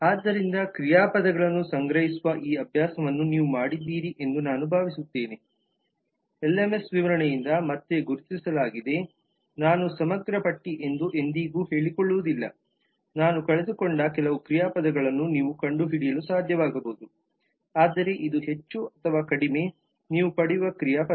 ಆದ್ದರಿಂದ ಕ್ರಿಯಾಪದಗಳನ್ನು ಸಂಗ್ರಹಿಸುವ ಈ ಅಭ್ಯಾಸವನ್ನು ನೀವು ಮಾಡಿದ್ದೀರಿ ಎಂದು ನಾನು ಭಾವಿಸುತ್ತೇನೆ ಎಲ್ಎಂಎಸ್ ವಿವರಣೆಯಿಂದ ಮತ್ತೆ ಗುರುತಿಸಲಾಗಿದೆ ನಾನು ಇದನ್ನು ಸಮಗ್ರ ಪಟ್ಟಿ ಎಂದು ಎಂದಿಗೂ ಹೇಳಿಕೊಳ್ಳುವುದಿಲ್ಲ ನಾನು ಕಳೆದುಕೊಂಡ ಕೆಲವು ಕ್ರಿಯಾಪದಗಳನ್ನು ನೀವು ಕಂಡುಹಿಡಿಯಲು ಸಾಧ್ಯವಾಗಬಹುದು ಆದರೆ ಇದು ಹೆಚ್ಚು ಅಥವಾ ಕಡಿಮೆ ನೀವು ಪಡೆಯುವ ಕ್ರಿಯಾಪದ